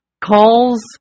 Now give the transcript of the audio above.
calls